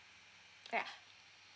yeah